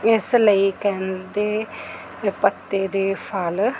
ਇਸ ਲਈ ਕਹਿੰਦੇ ਪੱਤੇ ਦੇ ਫ਼ਲ